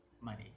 money